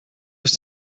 was